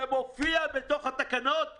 זה מופיע בתוך התקנות.